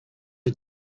are